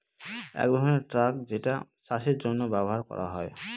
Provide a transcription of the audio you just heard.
এক ধরনের ট্রাক যেটা চাষের জন্য ব্যবহার করা হয়